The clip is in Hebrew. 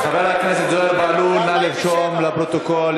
אז 47. נא לרשום לפרוטוקול,